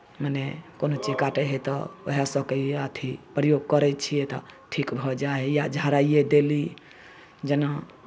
मने कोनो चीज काटै हइ तऽ उएहसभ कहै छै अथी प्रयोग करै छियै तऽ ठीक भऽ जाइ हइ या झड़ाइए देली जेना